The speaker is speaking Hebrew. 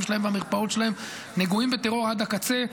שלהם והמרפאות שלהם נגועים בטרור עד הקצה.